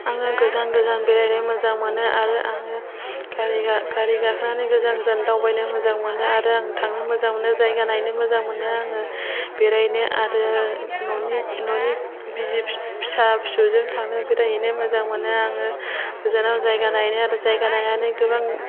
आङो गोजान गोजान बेरायनो मोजां मोनो आरो आङो गारि गारि गाखोनानै गोजान गोजान दावबायनो मोजां मोनो आरो आं थांनो मोजां मोनो जायगा नायनो मोजां मोनो आङो बेरायनो आरो न'नि न'नि बिसि फिसा फिसौजों थांनो बेरायहैनो मोजां मोनो आङो गोजानाव जायगा नायनो आरो जायगा नायनानै गोबां